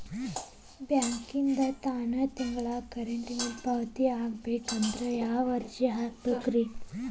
ಬ್ಯಾಂಕಿಂದ ತಾನ ತಿಂಗಳಾ ನನ್ನ ಕರೆಂಟ್ ಬಿಲ್ ಪಾವತಿ ಆಗ್ಬೇಕಂದ್ರ ಯಾವ ಅರ್ಜಿ ತುಂಬೇಕ್ರಿ?